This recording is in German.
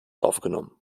aufgenommen